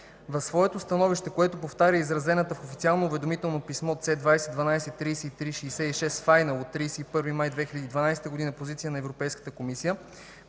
В свето становище, което повтаря изразената в Официалното уведомително писмо С (2012) 3366 final от 31 май 2012 г. позиция, Европейската комисия